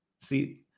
See